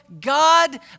God